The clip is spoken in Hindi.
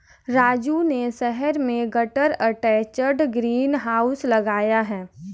राजू ने शहर में गटर अटैच्ड ग्रीन हाउस लगाया है